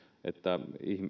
että